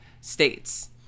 states